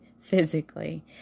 physically